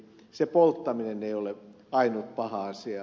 se polttaminen ei ole ainut paha asia